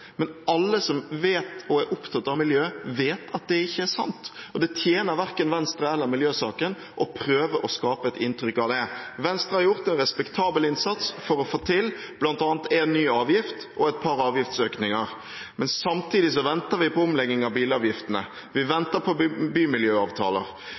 Men alle som er opptatt av miljø, vet at det ikke er sant. Det tjener verken Venstre eller miljøsaken å prøve å skape et inntrykk av det. Venstre har gjort en respektabel innsats for bl.a. å få til én ny avgift og et par avgiftsøkninger. Samtidig venter vi på omleggingen av bilavgiftene. Vi venter på bymiljøavtaler.